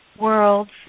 worlds